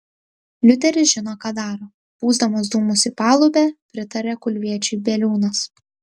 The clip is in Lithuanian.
liuteris žino ką daro pūsdamas dūmus į palubę pritarė kulviečiui bieliūnas